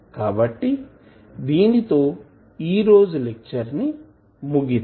కాబట్టి దీనితో ఈ రోజు లెక్చర్ ని ముగిద్దాం